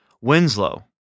Winslow